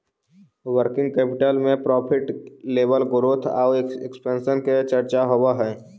working capital में profit level growth आउ expansion के चर्चा होवऽ हई